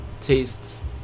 tastes